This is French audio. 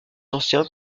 ancien